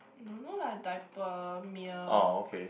don't know lah diaper milk